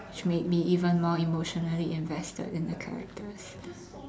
which made me even more emotionally invested in the characters